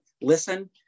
listen